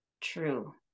true